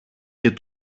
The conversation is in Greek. και